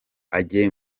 age